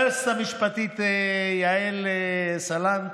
ליועצת המשפטית יעל סלנט,